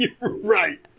Right